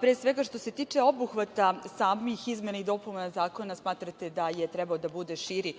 Pre svega, što se tiče obuhvata samih izmena i dopuna zakona, smatrate da je trebao da bude širi,